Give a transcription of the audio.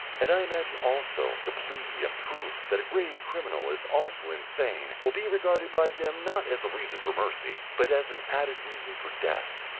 and i imagine also the plea and proof that a grave criminal is also insane will be regarded by them not as a reason for mercy, but as an added reason for death.